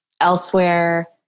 elsewhere